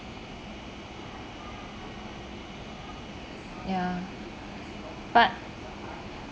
ya but